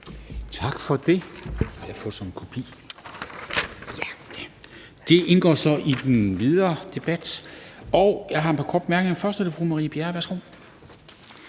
Tak for det. Det indgår så i den videre debat. Der er et par korte bemærkninger. Først er det fru Marie Bjerre. Værsgo.